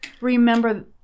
Remember